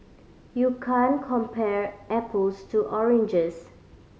you can't compare apples to oranges